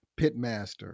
Pitmaster